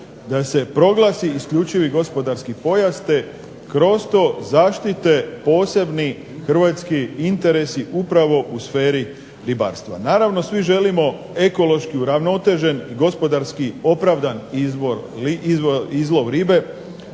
da se proglasi isključivi gospodarski pojas, te kroz to zaštite posebni hrvatski interesi upravo u sferi ribarstva. Naravno svi želimo ekološki uravnotežen i gospodarski opravdan izlov ribe,